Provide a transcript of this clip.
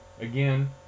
Again